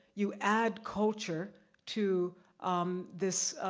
you add culture to this,